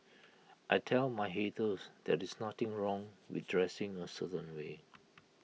I tell my haters that is nothing wrong with dressing A certain way